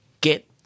get